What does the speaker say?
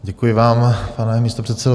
Děkuji vám, pane místopředsedo.